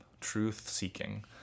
truth-seeking